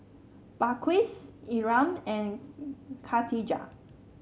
Balqis Imran and Khatijah